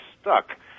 stuck